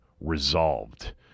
resolved